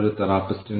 variable compensation